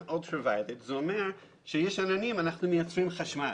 זה אומר שכשיש עננים, אנחנו מייצרים חשמל.